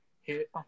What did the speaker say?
hit